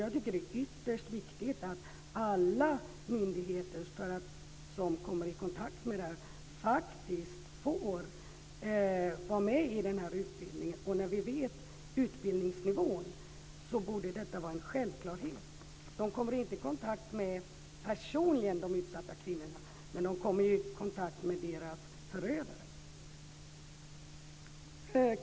Jag tycker att det är ytterst viktigt att alla myndigheter som kommer i kontakt med detta får vara med i den här utbildningen. När vi vet utbildningsnivån borde detta vara en självklarhet. Man kommer inte i kontakt med de utsatta kvinnorna personligen, men man kommer i kontakt med förövarna.